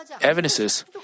evidences